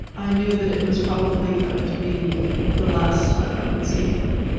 i knew that it was probably going to be the last time i would see him,